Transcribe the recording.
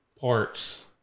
parts